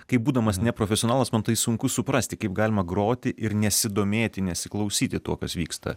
kaip būdamas neprofesionalas man tai sunku suprasti kaip galima groti ir nesidomėti nesiklausyti to kas vyksta